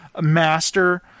master